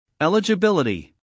Eligibility